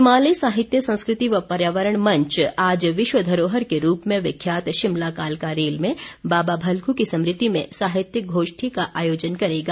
हिमालय साहित्य संस्कृति व पर्यावरण मंच आज विश्व धरोहर के रूप में विख्यात शिमला कालका रेल में बाबा भलकु की स्मृति में साहित्यिक गोष्ठी का आयोजन करेगा